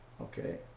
okay